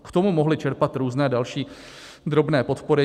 K tomu mohli čerpat různé další drobné podpory.